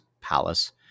palace